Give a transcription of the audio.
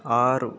ఆరు